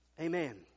amen